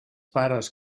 pares